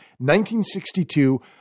1962